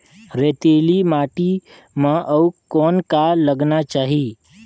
रेतीली माटी म अउ कौन का लगाना चाही?